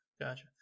gotcha